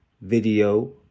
video